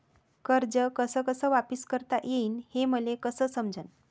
कर्ज कस कस वापिस करता येईन, हे मले कस समजनं?